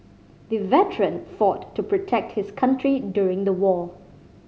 the veteran fought to protect his country during the war